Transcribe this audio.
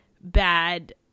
bad